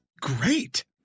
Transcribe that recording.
great